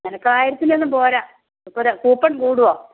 എനിക്ക് ആയിരത്തിലൊന്നും പോരാ ഇപ്പം കൂപ്പൺ കൂടുമോ